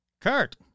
Kurt